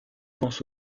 pense